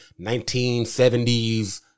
1970s